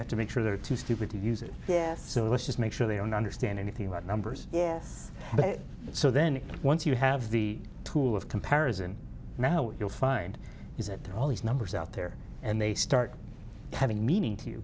have to make sure they're too stupid to use it yeah so let's just make sure they don't understand anything about numbers yes but so then once you have the tool of comparison now what you'll find is that all these numbers out there and they start having meaning to you